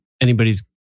anybody's